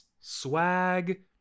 swag